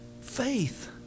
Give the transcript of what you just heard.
faith